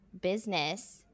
business